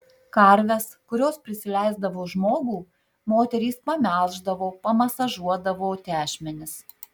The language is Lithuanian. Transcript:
karves kurios prisileisdavo žmogų moterys pamelždavo pamasažuodavo tešmenis